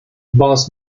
boss